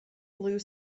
blue